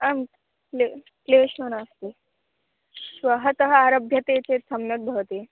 आं क्लेशः क्लेशो नास्ति श्वःतः आरभ्यते चेत् सम्यक् भवति